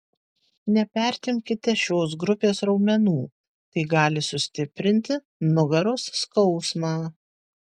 nepertempkite šios grupės raumenų tai gali sustiprinti nugaros skausmą